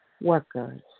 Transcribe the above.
workers